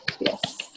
Yes